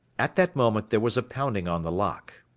at that moment there was a pounding on the lock.